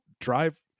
drive